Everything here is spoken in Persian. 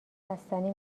بستنی